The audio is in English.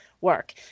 work